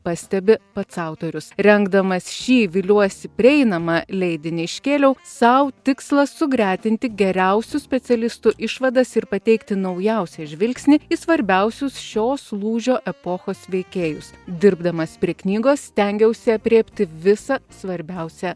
pastebi pats autorius rengdamas šį viliuosi prieinamą leidinį iškėliau sau tikslą sugretinti geriausių specialistų išvadas ir pateikti naujausią žvilgsnį į svarbiausius šios lūžio epochos veikėjus dirbdamas prie knygos stengiausi aprėpti visą svarbiausią